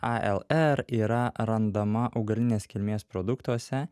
alr yra randama augalinės kilmės produktuose